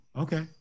okay